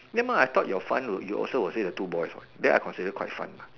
ya mah I thought you fun would you also will say the two boys what then I considered quite fun what